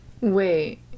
Wait